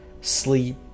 sleep